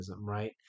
right